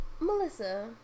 Melissa